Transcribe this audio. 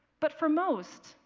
but for most,